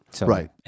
Right